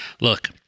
Look –